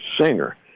singer